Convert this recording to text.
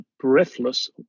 breathless